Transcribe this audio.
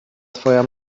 twoja